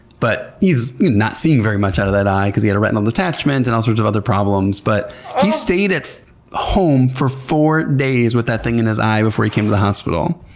but he's not seeing very much out of that eye because he had a retinal detachment and all sorts of other problems. but he stayed at home for four days with that thing in his eye before he came to the hospital.